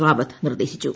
റാവത്ത് നിർദ്ദേശിച്ചു